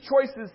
choices